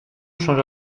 change